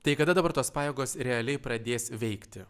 tai kada dabar tos pajėgos realiai pradės veikti